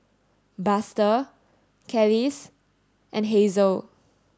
Buster Kelis and Hazle